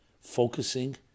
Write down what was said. focusing